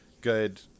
good